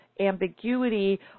ambiguity